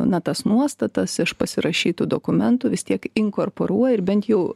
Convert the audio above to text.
na tas nuostatas iš pasirašytų dokumentų vis tiek inkorporuoja ir bent jau